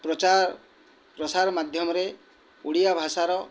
ପ୍ରଚାର ପ୍ରସାର ମାଧ୍ୟମରେ ଓଡ଼ିଆ ଭାଷାର